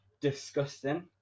disgusting